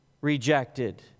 rejected